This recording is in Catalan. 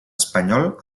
espanyol